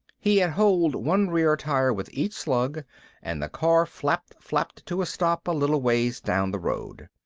he had holed one rear tire with each slug and the car flap-flapped to a stop a little ways down the road.